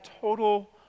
total